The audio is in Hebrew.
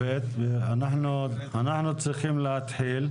אנחנו צריכים להתחיל,